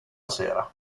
sera